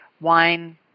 wine